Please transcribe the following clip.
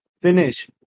finish